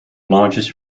largest